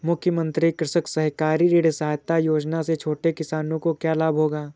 मुख्यमंत्री कृषक सहकारी ऋण सहायता योजना से छोटे किसानों को क्या लाभ होगा?